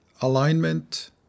Alignment